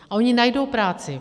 A oni najdou práci.